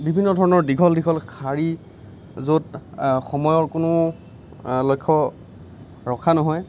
বিভিন্ন ধৰণৰ দীঘল দীঘল শাৰী য'ত সময়ৰ কোনো লক্ষ্য় ৰখা নহয়